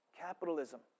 capitalism